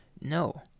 No